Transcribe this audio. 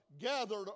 gathered